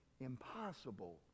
impossible